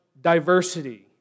diversity